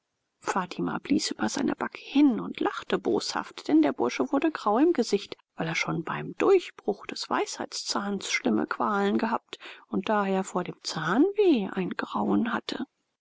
fatima blies über seine backe hin und lachte boshaft denn der bursche wurde grau im gesicht weil er schon beim durchbruch des weisheitszahns schlimme qualen gehabt und daher vor dem zahnweh ein grauen hatte